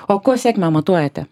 o kuo sėkmę matuojate